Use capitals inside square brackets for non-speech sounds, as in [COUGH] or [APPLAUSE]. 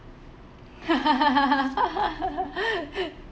[LAUGHS]